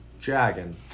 Dragon